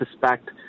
suspect